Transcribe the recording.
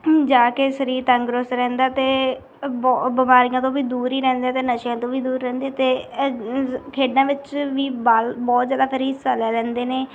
ਜਾ ਕੇ ਸਰੀਰ ਤੰਦਰੁਸਤ ਰਹਿੰਦਾ ਅਤੇ ਬਹੁਤ ਬਿਮਾਰੀਆਂ ਤੋਂ ਵੀ ਦੂਰ ਹੀ ਰਹਿੰਦੇ ਅਤੇ ਨਸ਼ਿਆਂ ਤੋਂ ਵੀ ਦੂਰ ਰਹਿੰਦੇ ਅਤੇ ਖੇਡਾਂ ਵਿੱਚ ਵੀ ਬਲ ਬਹੁਤ ਜ਼ਿਆਦਾ ਫਿਰ ਹਿੱਸਾ ਲੈ ਲੈਂਦੇ ਨੇ